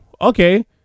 okay